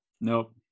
Nope